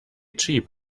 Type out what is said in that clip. cheap